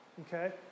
okay